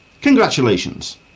Congratulations